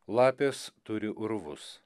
lapės turi urvus